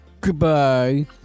Goodbye